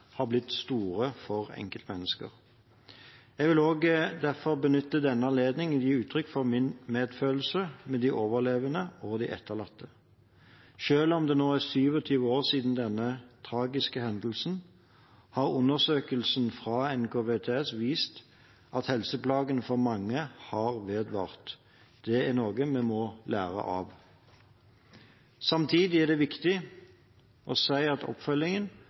har blitt store for enkeltmennesker. Jeg vil også derfor benytte denne anledningen til å gi uttrykk for min medfølelse med de overlevende og etterlatte. Selv om det nå er 28 år siden denne tragiske hendelsen, har undersøkelsen fra NKVTS vist at helseplagene for mange har vedvart. Det er noe vi må lære av. Samtidig er det viktig å si at oppfølgingen